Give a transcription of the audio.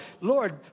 Lord